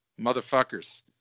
motherfuckers